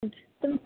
تو